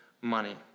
money